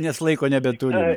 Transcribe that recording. nes laiko nebeturim